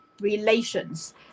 relations